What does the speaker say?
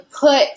put